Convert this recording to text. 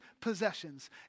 possessions